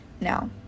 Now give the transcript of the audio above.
Now